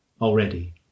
already